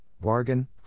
bargain